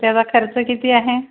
त्याचा खर्च किती आहे